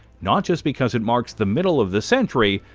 not just because it marks the middle of the century,